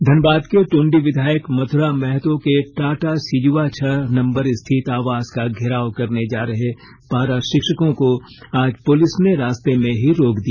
धनबाद के टुन्डी विधायक मथुरा महतो के टाटा सिजुआ छह नंबर स्थित आवास का घेराव करने जा रहे पारा शिक्षकों को आज पुलिस ने रास्ते में ही रोक दिया